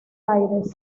aires